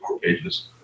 pages